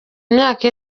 imyaka